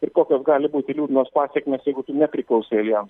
ir kokios gali būti liūdnos pasekmės jeigu tu nepriklausai aljan